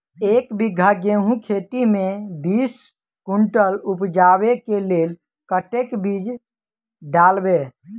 एक बीघा गेंहूँ खेती मे बीस कुनटल उपजाबै केँ लेल कतेक बीज डालबै?